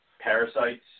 parasites